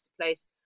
place